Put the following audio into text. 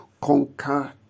conquer